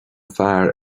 fear